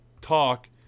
talk